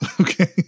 Okay